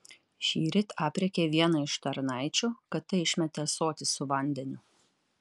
šįryt aprėkė vieną iš tarnaičių kad ta išmetė ąsotį su vandeniu